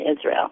Israel